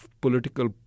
political